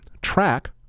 track